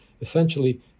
essentially